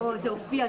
לא, זה הופיע.